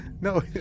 no